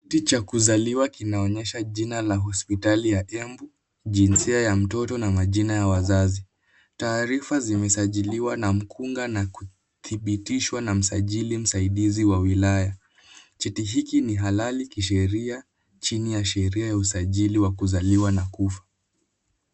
Cheti cha kuzaliwa kinaonyesha hospitali Embu, jinsia ya mtoto na majina ya wazazi. Taarifa zimezajiliwa na mkunga na kuthibitishwa na msajili msaidizi wa wilaya. Cheti hiki ni halali kisheria, chini ya sheria ya usajili wa kuzaliwa na kufa.